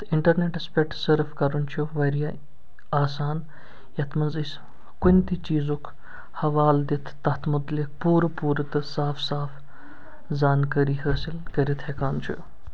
تہٕ اِنٹرنٮ۪ٹَس پٮ۪ٹھ سٔرٕف کَرُن چھُ واریاہ آسان یَتھ منٛز أسۍ کُنہِ تہِ چیٖزُک حَوالہٕ دِتھ تَتھ مُتعلِق پوٗرٕ پوٗرٕ تہٕ صاف صاف زانکٲری حٲصِل کٔرِتھ ہٮ۪کان چھِ